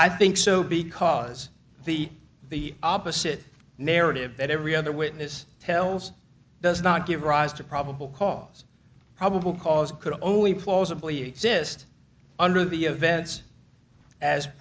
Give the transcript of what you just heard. i think so because the the opposite narrative that every other witness tells does not give rise to probable cause probable cause could only plausibly exist under the events as